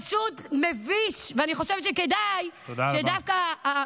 פשוט מביש, ואני חושבת שכדאי, תודה רבה.